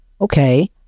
okay